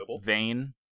vein